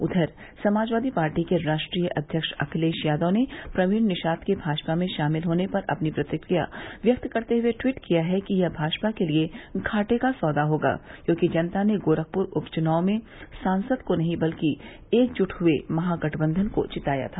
उधर समाजवादी पार्टी के राष्ट्रीय अध्यक्ष अखिलेश यादव ने प्रवीण निषाद के भाजपा में शामिल होने पर अपनी प्रतिक्रिया व्यक्त करते हुए ट्वीट किया है कि यह भाजपा के लिये घाटे का सौदा होगा क्योंकि जनता ने गोरखपुर उपचुनाव में सांसद को नहीं बल्कि एकजुट हुए महागठबंधन को जिताया था